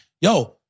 yo